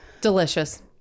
Delicious